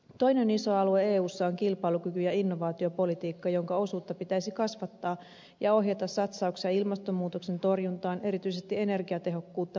toinen iso alue eussa on kilpailukyky ja innovaatiopolitiikka jonka osuutta pitäisi kasvattaa ja ohjata satsauksia ilmastonmuutoksen torjuntaan erityisesti energiatehokkuutta parantavaan tekniikkaan